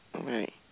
Right